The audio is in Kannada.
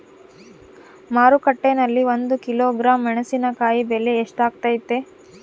ಮಾರುಕಟ್ಟೆನಲ್ಲಿ ಒಂದು ಕಿಲೋಗ್ರಾಂ ಮೆಣಸಿನಕಾಯಿ ಬೆಲೆ ಎಷ್ಟಾಗೈತೆ?